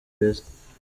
beza